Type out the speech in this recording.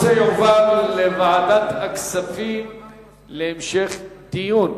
יועבר לוועדת הכספים להמשך דיון.